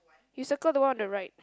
you circle the one on the right